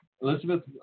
Elizabeth